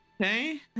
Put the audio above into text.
Okay